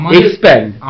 expand